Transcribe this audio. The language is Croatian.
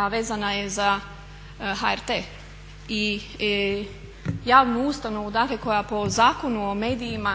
a vezana je za HRT i javnu ustanovu koja po Zakonu o medijima